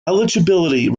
eligibility